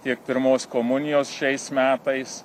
tiek pirmos komunijos šiais metais